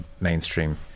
mainstream